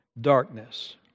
Darkness